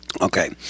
Okay